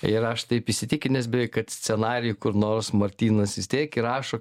ir aš taip įsitikinęs kad scenarijų kur nors martynas vis tiek įrašo